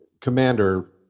Commander